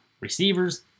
receivers